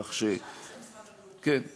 כך ש עכשיו פרסם משרד הבריאות בעצמו שלושה מקרים.